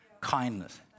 kindness